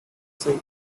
save